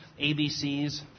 ABCs